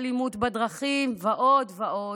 אלימות בדרכים ועוד ועוד,